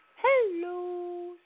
Hello